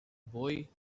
boy